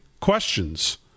questions